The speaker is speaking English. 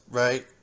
right